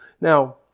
Now